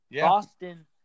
Boston –